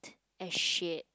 as shared